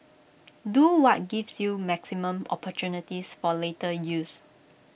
do what gives you maximum opportunities for later use